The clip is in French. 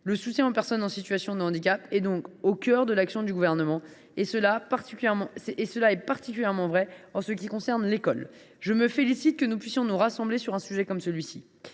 Le soutien aux personnes en situation de handicap est au cœur de l’action du Gouvernement et cela est particulièrement vrai en ce qui concerne l’école. Je me félicite que nous puissions nous rassembler sur un tel sujet.